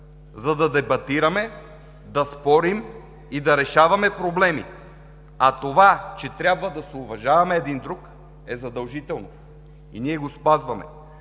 за да дебатираме, да спорим и да решаваме проблеми. А това, че трябва да се уважаваме един друг е задължително и ние го спазваме.